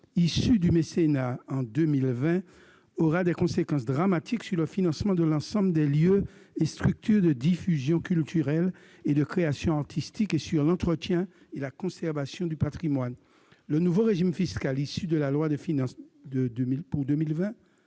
issue du mécénat en 2020 aura des conséquences dramatiques sur le financement de l'ensemble des lieux et structures de diffusion culturelle et de création artistique et sur l'entretien et la conservation du patrimoine. Le nouveau régime fiscal issu de la loi de finances pour 2020,